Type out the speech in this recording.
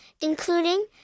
including